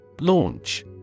Launch